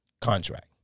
Contract